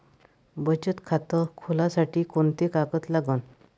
बचत खात खोलासाठी कोंते कागद लागन?